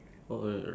ya